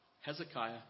Hezekiah